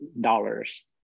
dollars